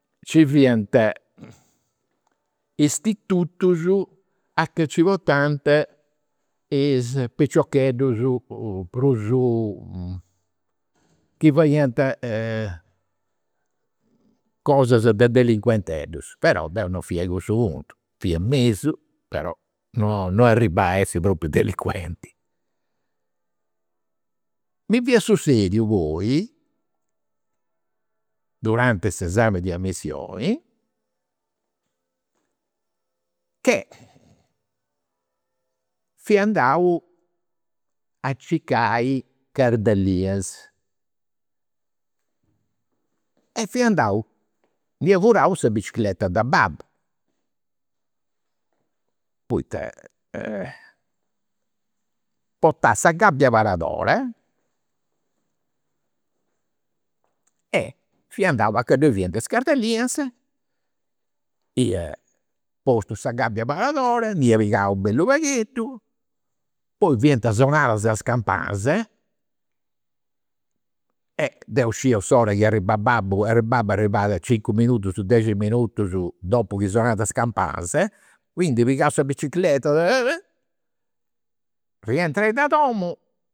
N'ci fiant istitutus a ca nci portant is piciocheddus prus, chi fadiant cosas de delinqueteddus. Però deu non fia a cussu puntu, fia mesu, però, non arribau a essi propriu delinquenti. Mi fia sussediu poi, durante s'esami de amissioni, che fia andau a circai cardellinas e fia andau, nd'ia furau sa bicicreta de babbu. Poita portau sa gabbia paradora e fia andau a ca ddoi fiant is cardellinas, ia postu sa gabbia paradora, nd'ia pigau u' bellu pagheddu, poi fiant sonadas is campanas. S'ora chi arribat babbu e babbu nd'arribat cincu minutus dexi minutus dopu chi sonant is campanas. Quindi pigada sa bicicreta e rientrendi a domu